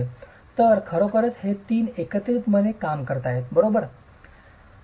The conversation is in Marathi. तर खरोखरच हे तीन जण एकत्रितपणे काम करीत आहेत बरोबर